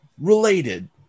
related